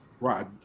Right